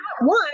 one